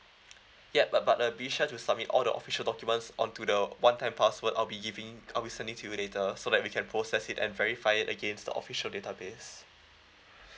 ya uh but uh be sure to submit all the official documents on to the one time password I'll be giving I'll be sending to you later so that we can process it and verify it against the official database